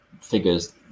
figures